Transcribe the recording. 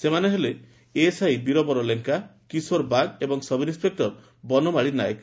ସେମାନେ ହେଲେ ଏଏସ୍ଆଇ ବୀରବର ଲେଙ୍କା କିଶୋର ବାଗ୍ ଏବଂ ସବ୍ ଇନ୍ ବନମାଳୀ ନାୟକ